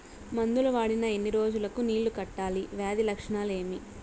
మందులు వాడిన ఎన్ని రోజులు కు నీళ్ళు కట్టాలి, వ్యాధి లక్షణాలు ఏమి?